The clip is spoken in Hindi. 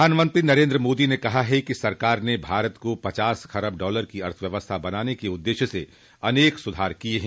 प्रधानमंत्री नरेन्द्र मोदी ने कहा है कि सरकार ने भारत को पचास खरब डॉलर की अर्थव्यवस्था बनाने के उद्देश्य से अनेक सुधार किये हैं